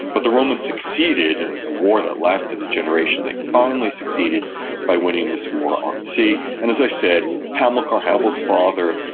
but the romans succeeded in a war that lasted a generation. they finally succeeded succeeded by winning this war on sea, and as i said, hamilcar, hannibal's father,